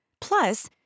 Plus